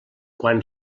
quan